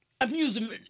amusement